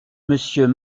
monsieur